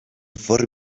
for